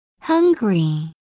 Hungry